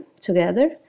together